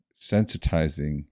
sensitizing